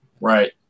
Right